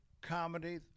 comedy